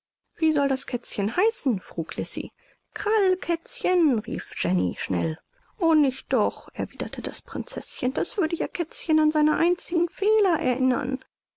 wie soll das kätzchen heißen frug lisi krallkätzchen rief jenny schnell o nicht doch erwiederte das prinzeßchen das würde ja kätzchen an seine einzigen fehler erinnern